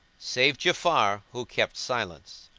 save ja'afar who kept silence.